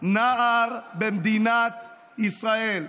נער במדינת ישראל.